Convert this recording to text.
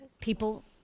people